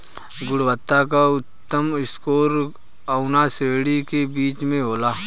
गुणवत्ता क उच्चतम स्तर कउना श्रेणी क बीज मे होला?